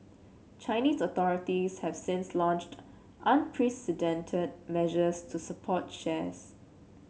Chinese authorities have since launched unprecedented measures to support shares